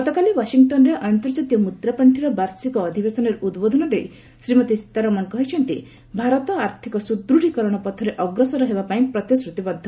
ଗତକାଲି ଓ୍ୱାସିଂଟନ୍ରେ ଅନ୍ତର୍କାତୀୟ ମୁଦ୍ରାପାଞ୍ଚିର ବାର୍ଷିକ ଅଧିବେଶନରେ ଉଦ୍ବୋଧନ ଦେଇ ଶ୍ରୀମତୀ ସୀତାରମଣ କହିଛନ୍ତି ଭାରତ ଆର୍ଥିକ ସୁଦୃତ୍ୱୀକରଣ ପଥରେ ଅଗ୍ରସର ହେବା ପାଇଁ ପ୍ରତିଶ୍ରତିବଦ୍ଧ